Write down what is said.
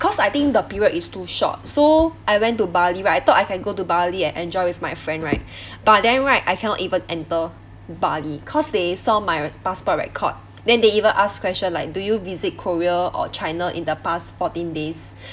cause I think the period is too short so I went to bali right I thought I can go to bali and enjoy with my friend right but then right I cannot even enter bali cause they saw my passport record then they even ask questions like do you visit korea or china in the past fourteen days